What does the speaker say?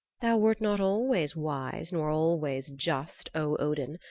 thou wert not always wise nor always just, o odin,